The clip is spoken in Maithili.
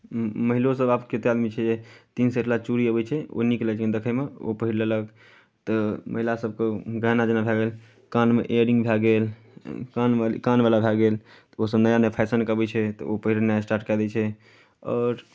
महिलोसभ आब कतेक आदमी छै जे तीन सेटवला चूड़ी अबै छै ओ नीक लगै छै देखयमे ओ पहीर लेलक तऽ महिला सभके गहना जेना भए गेल कानमे इयररिंग भए गेल कानमे कानवला भए गेल ओसभ नया नया फैशनके अबै छै तऽ ओ पहिरनाय स्टार्ट कए दैत छै आओर